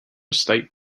state